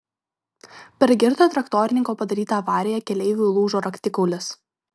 per girto traktorininko padarytą avariją keleiviui lūžo raktikaulis